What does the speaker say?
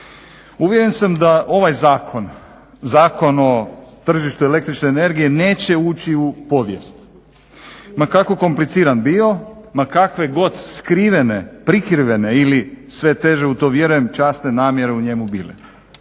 Uvjeren sam da ovaj zakon, Zakon o tržištu električne energije neće ući u povijest ma kako kompliciran bio, ma kakve god skrivene, prikrivene ili sve teže u to vjerujem časne namjere u njemu bile.